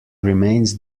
remains